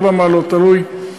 4 מעלות וכו' תלוי.